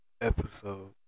episode